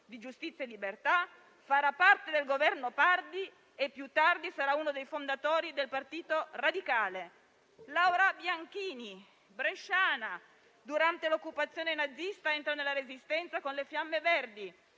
di Giustizia e Libertà e fece parte del Governo Pardi per poi essere, più tardi, uno dei fondatori del Partito Radicale. Laura Bianchini, bresciana, durante l'occupazione nazista entra nella Resistenza con le Fiamme Verdi,